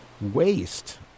waste